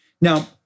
Now